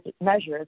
measures